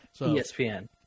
ESPN